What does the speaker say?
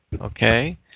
Okay